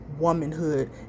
womanhood